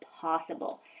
possible